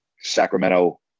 Sacramento